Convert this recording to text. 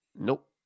Nope